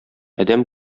адәм